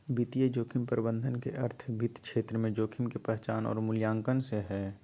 वित्तीय जोखिम प्रबंधन के अर्थ वित्त क्षेत्र में जोखिम के पहचान आर मूल्यांकन से हय